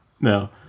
No